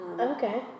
Okay